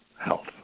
health